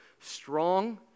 strong